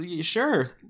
sure